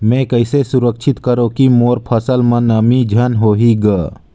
मैं कइसे सुरक्षित करो की मोर फसल म नमी झन होही ग?